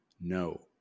no